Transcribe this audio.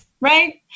right